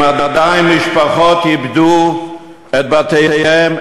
אם משפחות איבדו את בתיהן,